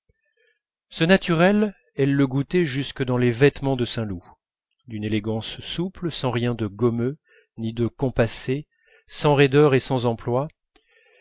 ce naturel elle le goûtait jusque dans les vêtements de saint loup d'une élégance souple sans rien de gommeux ni de compassé sans raideur et sans empois